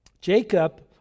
Jacob